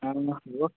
অঁ হ'ব